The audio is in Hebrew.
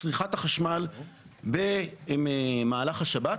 צריכת החשמל במהלך השבת,